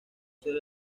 ser